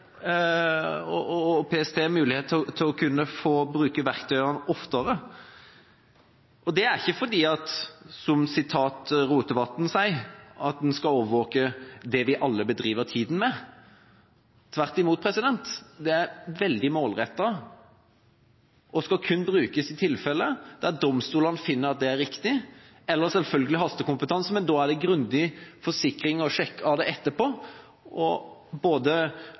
gir politiet og PST mulighet til å kunne bruke verktøyene oftere. Det er ikke fordi, som Rotevatn sier, man skal overvåke det vi alle «bedriver tiden» med. Tvert imot er det veldig målrettet og skal kun brukes i tilfeller der domstolene finner at det er riktig – eller selvfølgelig hastekompetanse, men da er det grundig forsikring og sjekk av det etterpå. Årsmeldingene til både EOS-utvalget og